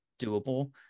doable